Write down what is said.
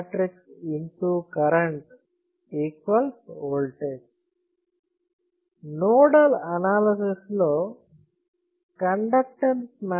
I V nodal analysis లో G